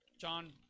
John